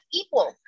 equal